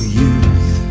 youth